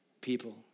people